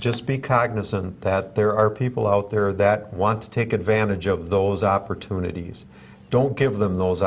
just be cognizant that there are people out there that want to take advantage of those opportunities don't give them those